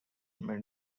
may